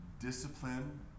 discipline